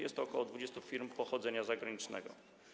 Jest to ok. 20 firm pochodzenia zagranicznego.